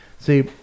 See